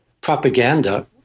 propaganda